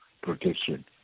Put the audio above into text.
protection